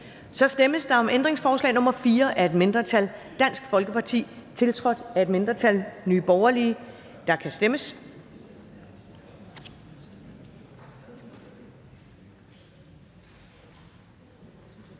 Så stemmes der om ændringsforslag nr. 4 af et mindretal (DF), tiltrådt af et mindretal (NB), og der kan stemmes.